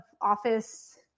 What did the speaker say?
office